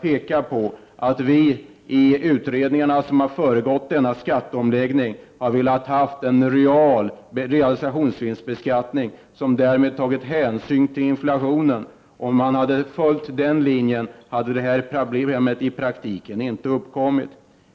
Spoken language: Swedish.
pekat på att vi i de utredningar som har föregått denna skatteomläggning har velat ha en real realisationsvinstbeskattning, som därmed tagit hänsyn till inflationen. Om man hade följt den linjen, hade det här problemet i praktiken inte uppkommit.